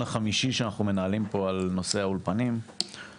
החמישי שאנחנו מנהלים פה בנושא האולפנים,